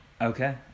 okay